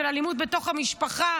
של אלימות בתוך המשפחה,